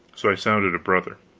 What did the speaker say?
so i sounded a brother